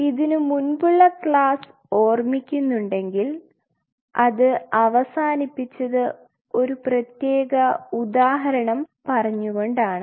ഇതിനു മുൻപുള്ള ക്ലാസ് ഓർമ്മിക്കുന്നുണ്ടെങ്കിൽ അത് അവസാനിപ്പിച്ചത് ഒരു പ്രത്യേക ഉദാഹരണം പറഞ്ഞുകൊണ്ടാണ്